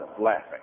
laughing